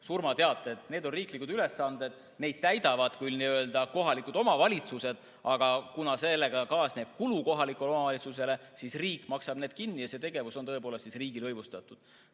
surmateated. Need on riiklikud ülesanded. Neid täidavad küll kohalikud omavalitsused, aga kuna sellega kaasneb kulu kohalikule omavalitsusele, siis riik maksab need kinni, ja see tegevus on tõepoolest riigilõivustatud.